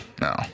no